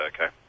okay